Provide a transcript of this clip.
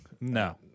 No